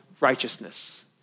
righteousness